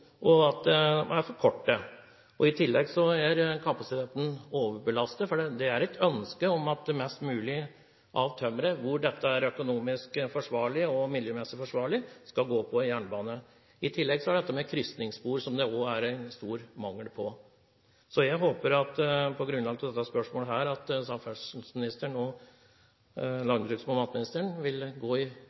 og for korte, og i tillegg er kapasiteten overbelastet. Det er et ønske om at mest mulig av tømmeret, der dette er økonomisk og miljømessig forsvarlig, skal gå på jernbane. I tillegg er det dette med krysningsspor, som det også er stor mangel på. Jeg håper, på grunnlag av dette spørsmålet, at samferdselsministeren og landbruks- og matministeren vil gå i